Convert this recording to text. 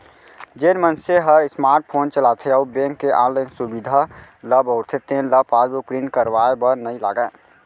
जेन मनसे हर स्मार्ट फोन चलाथे अउ बेंक के ऑनलाइन सुभीता ल बउरथे तेन ल पासबुक प्रिंट करवाए बर नइ लागय